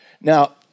Now